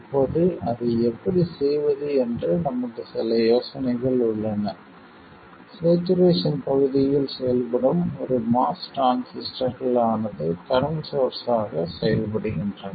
இப்போது அதை எப்படி செய்வது என்று நமக்கு சில யோசனைகள் உள்ளன ஸ்சேச்சுரேசன் பகுதியில் செயல்படும் ஒரு MOS டிரான்சிஸ்டர்கள் ஆனது கரண்ட் சோர்ஸ் ஆக செயல்படுகின்றன